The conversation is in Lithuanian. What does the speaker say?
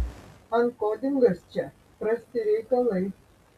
ankodingas čia prasti reikalai